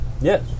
Yes